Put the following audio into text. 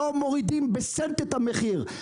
לא מורידים בסנט את המחיר.